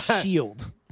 Shield